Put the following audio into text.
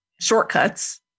shortcuts